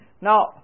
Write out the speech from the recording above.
Now